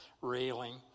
railing